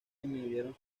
disminuyeron